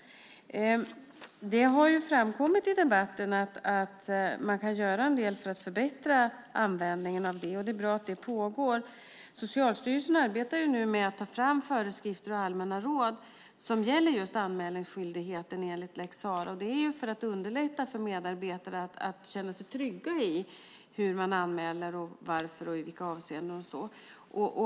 Det har framkommit i debatten att man kan göra en del för att förbättra användningen. Det är bra att det pågår. Socialstyrelsen arbetar nu med att ta fram föreskrifter och allmänna råd som gäller just anmälningsskyldigheten enligt lex Sarah. Det är för att underlätta för medarbetare att känna sig trygga i hur man anmäler och i vilka avseenden.